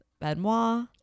Benoit